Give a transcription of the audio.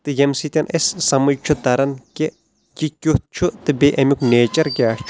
تہٕ ییٚمہِ سۭتۍ اسہِ سمجھ چھُ تران کہِ کہِ کِیُتھ چھُ تہٕ بییٚہِ امیُک نیچر کیاہ چھُ